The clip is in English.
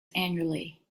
annually